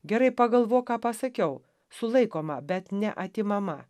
gerai pagalvok ką pasakiau sulaikoma bet neatimama